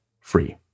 free